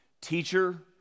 Teacher